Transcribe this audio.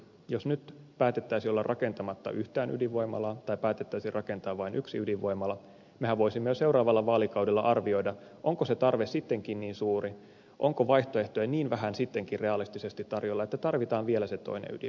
jos nyt päätettäisiin olla rakentamatta yhtään ydinvoimalaa tai päätettäisiin rakentaa vain yksi ydinvoimala mehän voisimme jo seuraavalla vaalikaudella arvioida onko se tarve sittenkin niin suuri onko vaihtoehtoja niin vähän sittenkin realistisesti tarjolla että tarvitaan vielä se toinen ydinvoimala